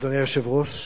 אדוני היושב-ראש,